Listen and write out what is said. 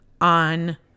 on